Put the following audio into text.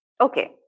okay